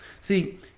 See